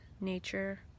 nature